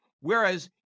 Whereas